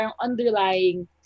underlying